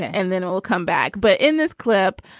and then we'll come back. but in this clip,